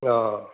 অ'